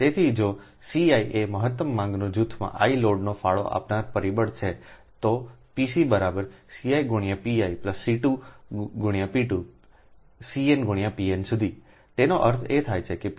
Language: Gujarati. તેથી જો સીiએ મહત્તમ માંગના જૂથમાં i લોડનો ફાળો આપનાર પરિબળ છે તો Pc C1 x P1 C2 x P2 Cn x Pn સુધી તેનો અર્થ એ થાય કે Pc i1nCi x Pi